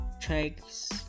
checks